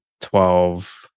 twelve